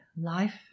life